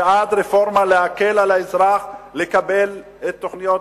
בעד רפורמה שתקל על האזרח לקבל את תוכניות